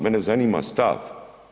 Mene zanima stav.